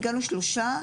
שלושה.